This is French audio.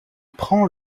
prend